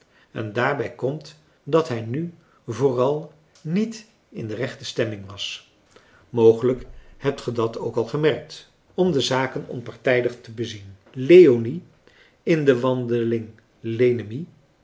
en daarbij komt dat hij nu vooral niet in de rechte stemming was mogelijk hebt ge dat ook al gemerkt om de zaken onpartijdig te bezien leonie in de wandeling lenemie